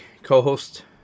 Co-host